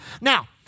Now